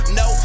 no